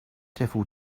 devil